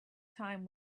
time